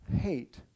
hate